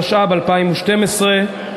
התשע"ב 2012,